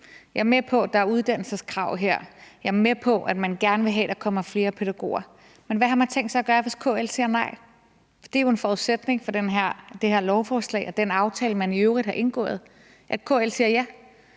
Jeg er med på, at der her er uddannelseskrav, og jeg er med på, at man gerne vil have, at der kommer flere pædagoger, men hvad har man tænkt sig at gøre, hvis KL siger nej? For det er jo en forudsætning for det her lovforslag og den aftale, man i øvrigt har indgået, at KL siger ja,